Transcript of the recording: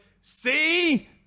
see